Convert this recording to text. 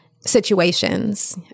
situations